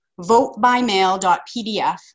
votebymail.pdf